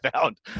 found